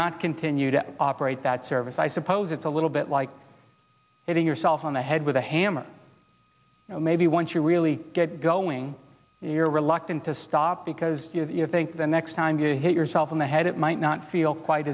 not continue to operate that service i suppose it's a little bit like hitting yourself on the head with a hammer maybe once you really get going here reluctant to stop because i think the next time you hit yourself in the head it might not feel quite